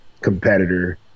competitor